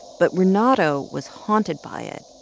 but renato was haunted by it.